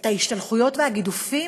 את ההשתלחויות והגידופים,